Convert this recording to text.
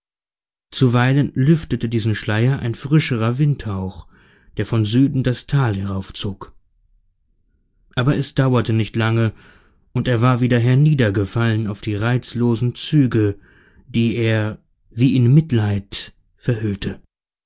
zuweilen lüftete diesen schleier ein frischerer windhauch der von süden das tal heraufzog aber es dauerte nicht lange und er war wieder herniedergefallen auf die reizlosen züge die er wie in mitleid verhüllte